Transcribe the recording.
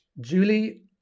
Julie